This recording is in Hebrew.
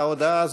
קבעה כי הצעת